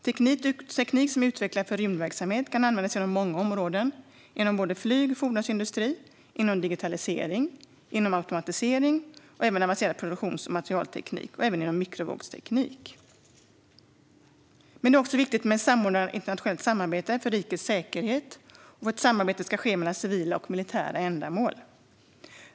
Teknik som är utvecklad för rymdverksamhet kan användas inom många områden - inom både flyg och fordonsindustrin, inom digitalisering, inom automatisering, inom avancerad produktions och materialteknik och även inom mikrovågsteknik. Men det är också viktigt med samordnat internationellt samarbete för rikets säkerhet och samarbete mellan civila och militära ändamål.